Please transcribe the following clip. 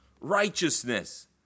righteousness